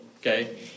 okay